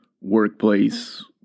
workplace